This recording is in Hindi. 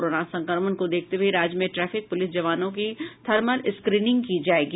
कोरोना संक्रमण को देखते हुए राज्य में ट्रैफिक पुलिस जवानों की थर्मल स्क्रीनिंग की जायेगी